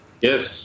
Yes